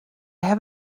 have